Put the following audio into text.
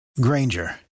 Granger